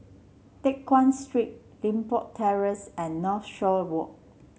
Teck Guan Street Limbok Terrace and Northshore Walk